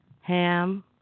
Ham